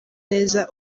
neza